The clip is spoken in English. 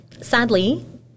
sadly